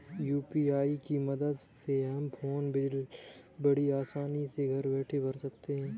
UPI की मदद से हम फ़ोन बिल बड़ी आसानी से घर बैठे भर सकते हैं